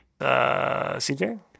cj